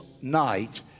night